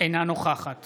אינה נוכחת